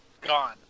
gone